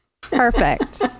perfect